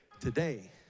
today